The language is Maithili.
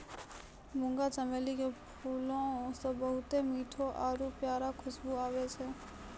मुंगा चमेली के फूलो से बहुते मीठो आरु प्यारा खुशबु आबै छै